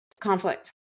conflict